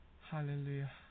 Hallelujah